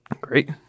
Great